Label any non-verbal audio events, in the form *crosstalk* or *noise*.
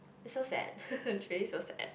it's so sad *laughs* it's really so sad